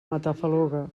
matafaluga